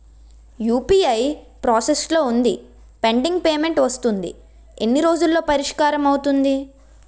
UPI process లో వుంది pending payment వస్తుంది ఎన్ని రోజుల్లో పరిష్కారం అవుతుంది